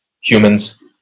humans